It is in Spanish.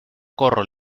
corro